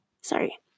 Sorry